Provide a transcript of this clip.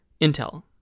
Intel